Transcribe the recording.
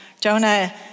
Jonah